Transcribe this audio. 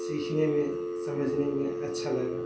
سیکھنے میں سمجھنے میں اچھا لگا